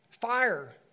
Fire